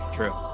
True